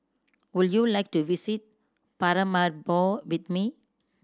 would you like to visit Paramaribo with me